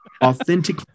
Authentic